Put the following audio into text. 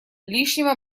лишнего